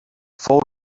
fou